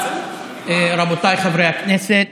רבותיי חברי הכנסת,